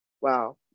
wow